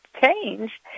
change